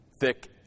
thick